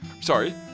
Sorry